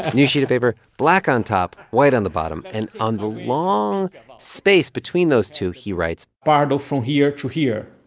new sheet of paper black on top, white on the bottom. and on the long space between those two, he writes. pardo from here to here.